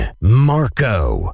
Marco